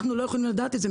אנחנו לא יכולים לדעת את זה,